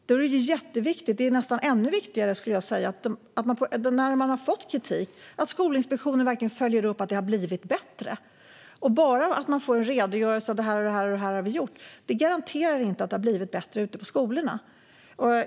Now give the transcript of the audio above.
Det är nästan ännu viktigare när en skola har fått kritik att Skolinspektionen verkligen följer upp att det har blivit bättre. En redogörelse av att det, det och det har skolan gjort garanterar inte att det har blivit bättre.